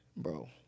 bro